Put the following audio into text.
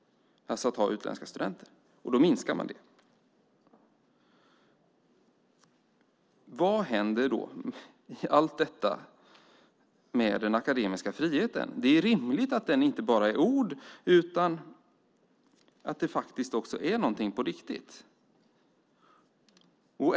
Vad händer då i allt detta med den akademiska friheten? Det är rimligt att den inte bara finns i ord utan också finns på riktigt.